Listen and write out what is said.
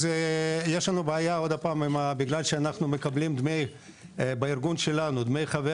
אז יש לנו בעיה בגלל שאנחנו מקבלים בארגון שלנו דמי חבר